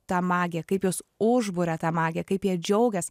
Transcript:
ta magija kaip juos užburia ta magija kaip jie džiaugias